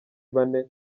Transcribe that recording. bane